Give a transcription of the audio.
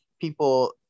people